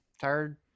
tired